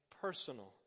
personal